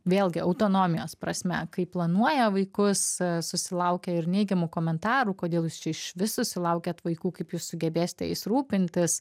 vėlgi autonomijos prasme kai planuoja vaikus susilaukia ir neigiamų komentarų kodėl jūs čia išvis susilaukėt vaikų kaip jūs sugebėsite jais rūpintis